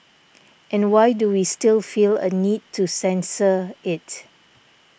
and why do we still feel a need to censor it